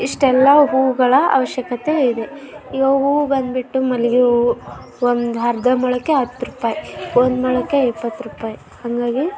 ಇಷ್ಟೆಲ್ಲ ಹೂವುಗಳ ಆವಶ್ಯಕತೆ ಇದೆ ಈಗ ಹೂವು ಬಂದುಬಿಟ್ಟು ಮಲ್ಲಿಗೆ ಹೂವು ಒಂದು ಅರ್ಧ ಮೊಳಕ್ಕೆ ಹತ್ತು ರೂಪಾಯಿ ಒಂದು ಮೊಳಕ್ಕೆ ಇಪ್ಪತ್ತು ರೂಪಾಯಿ ಹಾಗಾಗಿ